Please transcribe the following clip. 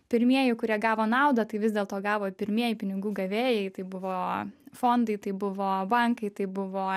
pirmieji kurie gavo naudą tai vis dėl to gavo pirmieji pinigų gavėjai tai buvo fondai tai buvo bankai tai buvo